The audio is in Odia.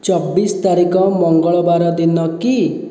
ଚବିଶ ତାରିଖ ମଙ୍ଗଳବାର ଦିନ କି